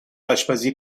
آشپزی